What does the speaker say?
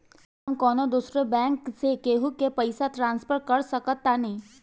का हम कौनो दूसर बैंक से केहू के पैसा ट्रांसफर कर सकतानी?